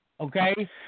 Okay